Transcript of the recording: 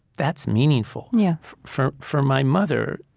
that's meaningful yeah for for my mother,